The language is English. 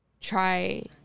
try